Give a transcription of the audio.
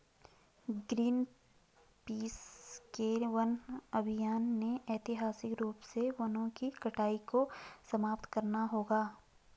Greenpeace के वन अभियान ने ऐतिहासिक रूप से वनों की कटाई को समाप्त करना होगा